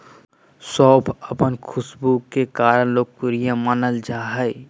सौंफ अपन खुशबू के कारण लोकप्रिय मानल जा हइ